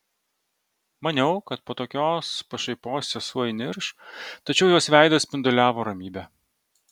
maniau kad po tokios pašaipos sesuo įnirš tačiau jos veidas spinduliavo ramybe